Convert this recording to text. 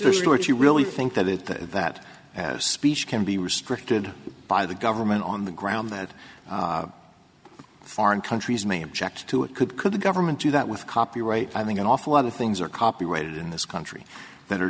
if you really think that that speech can be restricted by the government on the ground that foreign countries may object to it could could the government do that with copyright i think an awful lot of things are copyrighted in this country that are